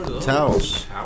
Towels